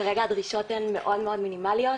כרגע הדרישות הן מאוד מינימאליות,